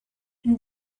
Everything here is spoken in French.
une